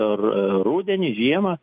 ar rudenį žiemą